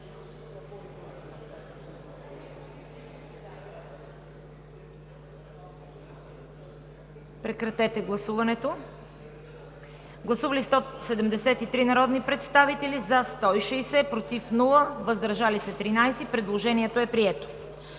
режим на гласуване. Гласували 169 народни представители: за 68, против 4, въздържали се 97. Предложението не е прието.